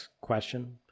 question